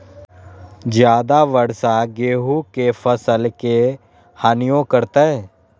ज्यादा वर्षा गेंहू के फसल के हानियों करतै?